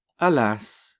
Alas